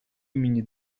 имени